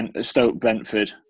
Stoke-Brentford